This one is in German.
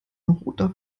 roter